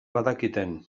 badakiten